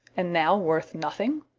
and now worth nothing?